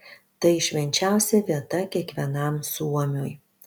tai švenčiausia vieta kiekvienam suomiui